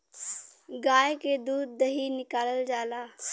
गाय से दूध दही निकालल जाला